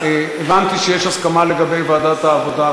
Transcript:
הבנתי שיש הסכמה לגבי ועדת העבודה,